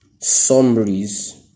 summaries